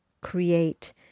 create